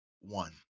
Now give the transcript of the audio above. one